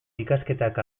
ikasketak